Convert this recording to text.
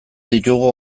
ditugu